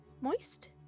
moist